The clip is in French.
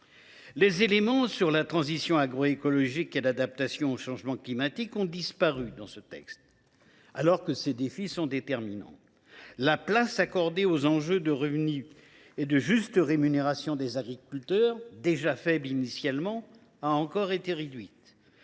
Les éléments sur la transition agroécologique et l’adaptation au changement climatique ont disparu du texte, alors que ces défis sont déterminants. La place accordée aux enjeux de revenus et de juste rémunération des agriculteurs, déjà faible initialement, a encore été réduite.